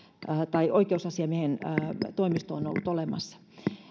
tai oikeusasiamiehen toimisto on on ollut olemassa